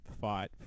fight